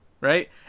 right